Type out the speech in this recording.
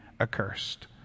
accursed